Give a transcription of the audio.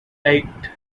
eight